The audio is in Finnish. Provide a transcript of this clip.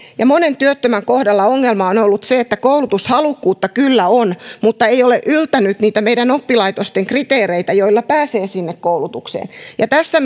ja monen työttömän kohdalla ongelma on on ollut se että koulutushalukkuutta kyllä on mutta ei ole yltänyt meidän oppilaitostemme kriteereihin jotta pääsee sinne koulutukseen tässä